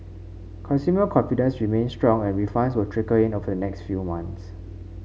consumer confidence remains strong and refunds will trickle in over the next few months